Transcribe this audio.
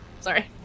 sorry